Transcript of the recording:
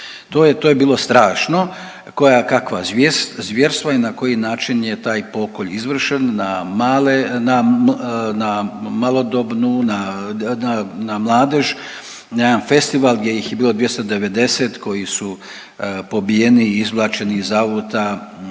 To je bilo strašno, kojekakva zvjerstva i na koji način je taj pokolj izvršen na male na malodobnu, na mladež na jedan festival gdje ih je bilo 290 koji su pobijeni, izbačeni iz auta